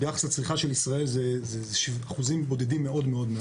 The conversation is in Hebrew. ביחס לצריכה של ישראל זה אחוזים בודדם מאוד מאוד,